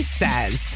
says